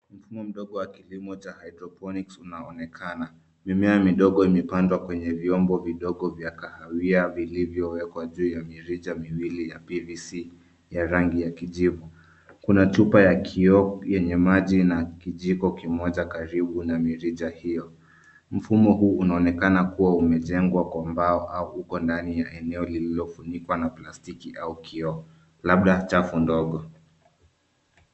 Mfumo mdogo wa kilimo cha hydroponics unaonekana. Mimea midogo imepandwa kwenye vyombo vidogo vya kahawia vilivyowekwa juu ya mirija miwili ya PVC ya rangi ya kijivu. Kuna chupa ya kioo, yenye maji na kijiko kimoja karibu na mirija hiyo. Mfumo huu unaonekana kuwa umejengwa kwa mbao au uko ndani ya eneo lililofunikwa na plastiki au kioo, labda chafu ndogo.